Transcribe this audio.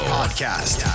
podcast